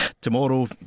Tomorrow